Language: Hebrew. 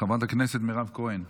חברת הכנסת מירב כהן,